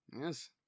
Yes